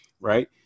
right